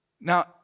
Now